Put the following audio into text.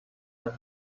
that